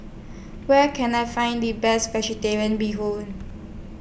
Where Can I Find The Best Vegetarian Bee Hoon